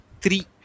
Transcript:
three